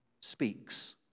speaks